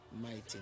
mighty